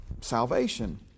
salvation